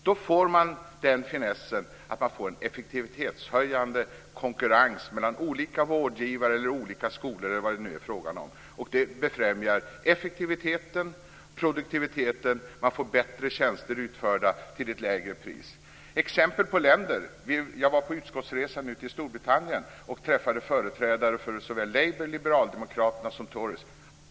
Då får man den finessen att man får en effektivitetshöjande konkurrens mellan olika vårdgivare, skolor eller vad det nu är frågan om, och det befrämjar effektiviteten och produktiviteten så att man får bättre tjänster utförda till ett lägre pris. Ronny Olander vill ha exempel på länder. Jag var på utskottsresa till Storbritannien och träffade företrädare för såväl Labour och liberaldemokraterna som Tories.